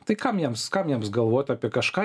tai kam jiems kam jiems galvot apie kažką